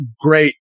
great